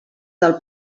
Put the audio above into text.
del